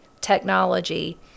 technology